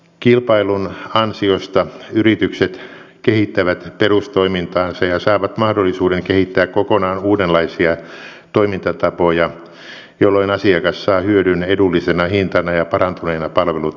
kilpailun ansiosta yritykset kehittävät perustoimintaansa ja saavat mahdollisuuden kehittää kokonaan uudenlaisia toimintatapoja jolloin asiakas saa hyödyn edullisena hintana ja parantuneena palvelutasona